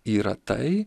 yra tai